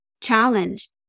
Challenge